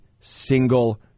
single